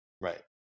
Right